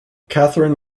catherine